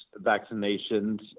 vaccinations